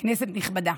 כנסת נכבדה,